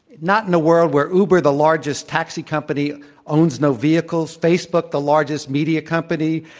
not in a world where uber the largest taxi company owns no vehicles. facebook, the largest media company,